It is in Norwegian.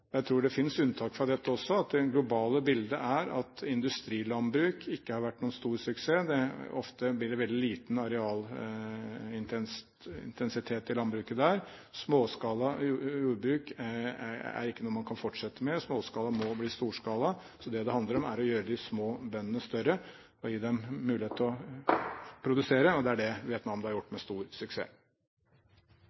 Jeg tror det finnes unntak fra dette også, at det globale bildet er at industrilandbruk ikke har vært noen stor suksess. Ofte blir det veldig liten arealintensitet i landbruket der. Småskala jordbruk er ikke noe man kan fortsette med. Småskala må bli storskala. Så det det handler om, er å gjøre de små bøndene større og gi dem mulighet til å produsere, og det